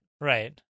Right